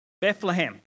Bethlehem